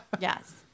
Yes